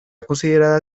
considerada